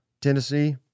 Tennessee